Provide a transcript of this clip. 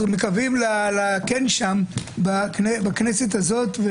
אנחנו מקווים להיות כן שם בכנסת הזאת.